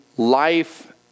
Life